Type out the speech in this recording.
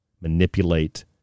manipulate